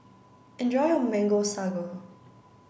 enjoy your mango sago